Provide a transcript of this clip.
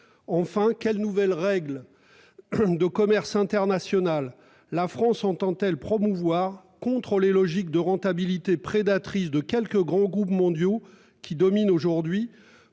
Enfin, quelles nouvelles règles. De commerce international, la France entend-elle promouvoir contre logiques de rentabilité prédatrice de quelques grands groupes mondiaux qui domine aujourd'hui